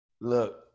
look